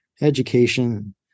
education